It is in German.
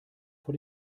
vor